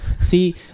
See